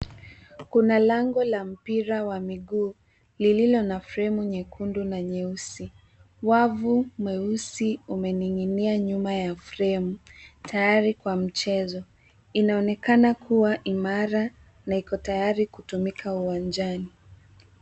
Kuna lango la mpira wa miguu lililo na fremu nyekundu na nyeusi. Wavu nyeusi umening'inia nyuma ya fremu, tayari kwa mchezo. Inaonekana kuwa imara na iko tayari kutumika uwanjani.